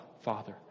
father